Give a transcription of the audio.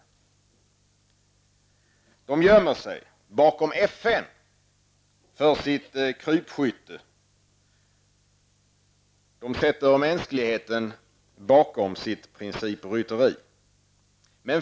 Bildt och Westerberg gömmer sig bakom FN för sitt krypskytte, och de sätter mänskligheten bakom sitt principrytteri.